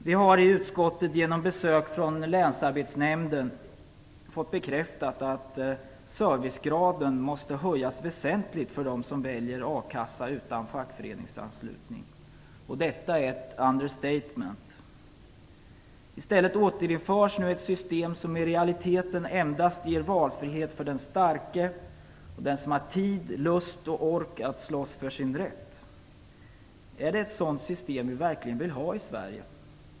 Vi har i utskottet genom besök från länsarbetsnämnden fått bekräftat att servicegraden måste höjas väsentligt för dem som väljer a-kassa utan fackföreningsanslutning. Detta är ett understatement. I stället återinförs nu ett system som i realiteten ger valfrihet endast för den starke och den som har tid, lust och ork att slåss för sin rätt. Är det verkligen ett sådant system vi vill ha i Sverige?